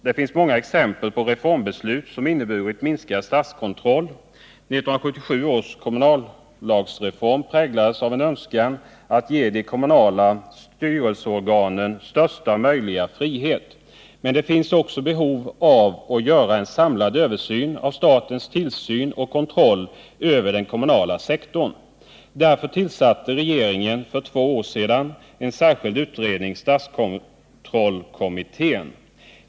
Det finns många exempel på reformbeslut som inneburit minskad statskontroll. 1977 års kommunallagreform präglades av en önskan att ge de kommunala självstyrelseorganen största möjliga frihet, men det finns också behov av att göra en samlad översyn av statens tillsyn och kontroll över den kommunala sektorn. Därför tillsatte regeringen för två år sedan en särskild utredning, statskontrollkommittén.